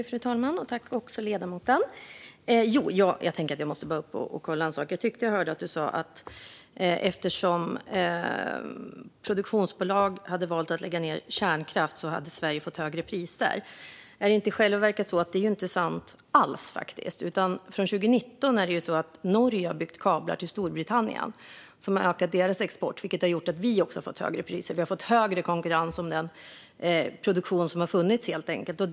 Fru talman! Jag vill kontrollera en sak. Jag tyckte att jag hörde att ledamoten sa att eftersom produktionsbolag hade valt att lägga ned kärnkraft hade Sverige fått högre priser. Det är inte sant alls, i själva verket. Från 2019 har Norge byggt kablar till Storbritannien som har ökat deras export. Det har gjort att vi har fått högre priser. Vi har fått en större konkurrens om den produktion som funnits helt enkelt.